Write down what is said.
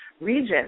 region